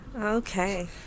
Okay